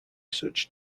such